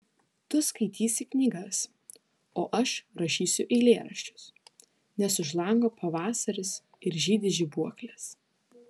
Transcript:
tu skaitysi knygas o aš rašysiu eilėraščius nes už lango pavasaris ir žydi žibuoklės